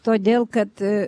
todėl kad